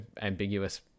ambiguous